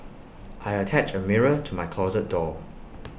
I attached A mirror to my closet door